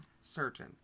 surgeon